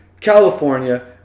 California